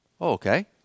Okay